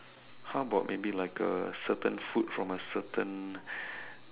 how about maybe like a certain food from a certain